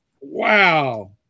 Wow